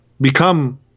become –